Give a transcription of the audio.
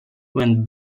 when